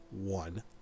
one